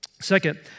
Second